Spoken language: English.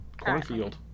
Cornfield